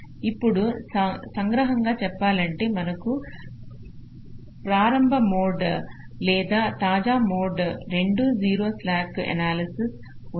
ఇప్పుడు సంగ్రహంగా చెప్పాలంటే మనకు ప్రారంభ మోడ్ లేదా తాజా మోడ్ రెండూ 0 స్లాక్ ఎనాలసిస్ ఉన్నాయి